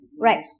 right